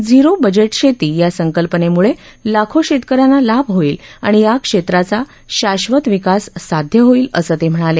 zero budget शेती या संकल्पनेमुळे लाखो शेतक यांना लाभ होईल आणि या क्षेत्राचा शाक्षत विकास साध्य होईल असं ते म्हणाले